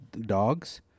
Dogs